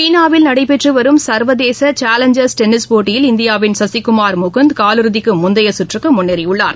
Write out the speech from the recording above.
சீனாவில் நடைபெற்று வரும் சர்வதேச சேலஞ்சர்ஸ் டென்னிஸ் போட்டியில் இந்தியாவின் சசிகுமார் முகுந்த் காலிறுதிக்கு முந்தைய கற்றுக்கு முன்னேறியுள்ளார்